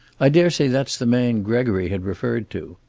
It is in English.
i daresay that's the man gregory had referred to.